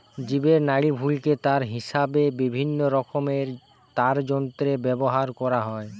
জীবের নাড়িভুঁড়িকে তার হিসাবে বিভিন্নরকমের তারযন্ত্রে ব্যাভার কোরা হয়